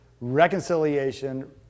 reconciliation